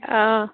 অ'